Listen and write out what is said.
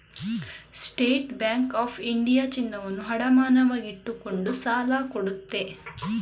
state bank of India ಚಿನ್ನವನ್ನು ಅಡಮಾನವಾಗಿಟ್ಟುಕೊಂಡು ಸಾಲ ಕೊಡುತ್ತೆ